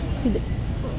ಇದು